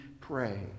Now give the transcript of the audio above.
pray